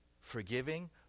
forgiving